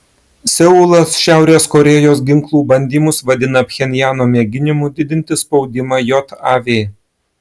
seulas šiaurės korėjos ginklų bandymus vadina pchenjano mėginimu didinti spaudimą jav